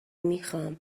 میخوام